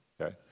okay